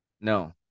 no